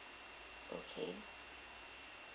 okay